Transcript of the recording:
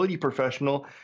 Professional